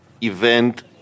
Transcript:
event